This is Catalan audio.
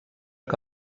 que